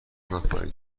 نخواهید